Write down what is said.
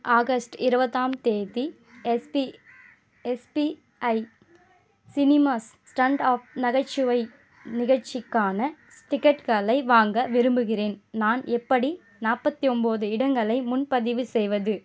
August இருபதாம் தேதி SP SPI cinemas stand up நகைச்சுவை நிகழ்ச்சிக்கான டிக்கெட்டுகளை வாங்க விரும்புகிறேன் நான் எப்படி நாற்பத்தி ஒன்போது இடங்களை முன்பதிவு செய்வது